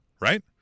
right